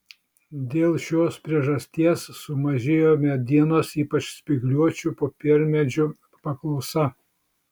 dėl šios priežasties sumažėjo medienos ypač spygliuočių popiermedžių paklausa